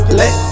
let